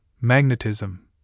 magnetism